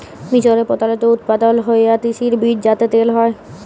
মিসরে প্রধালত উৎপাদল হ্য়ওয়া তিসির বীজ যাতে তেল হ্যয়